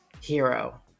hero